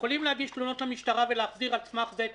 יכולים להגיש תלונות למשטרה ולהחזיר על סמך זה את